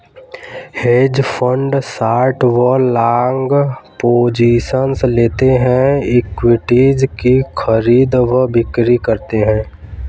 hedge fund short व long positions लेते हैं, इक्विटीज की खरीद व बिक्री करते हैं